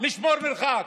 לשמור מרחק,